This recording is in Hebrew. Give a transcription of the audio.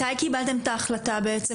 מתי התקבלה ההחלטה בעצם